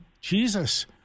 Jesus